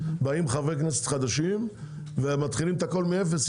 באים חברי כנסת ומתחילים את הכול מאפס,